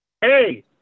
Hey